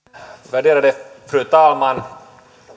värderade fru talman